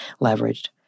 leveraged